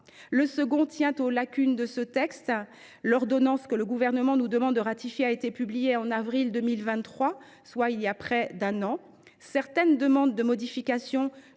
Le second tient aux lacunes de ce texte. L’ordonnance que le Gouvernement nous demande de ratifier a été publiée en avril 2023, soit voilà près d’un an. Certaines demandes de modification,